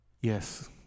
Yes